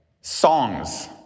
songs